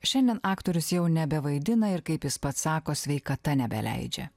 šiandien aktorius jau nebevaidina ir kaip jis pats sako sveikata nebeleidžia